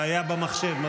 בעיה במחשב.